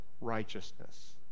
righteousness